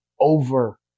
over